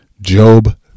Job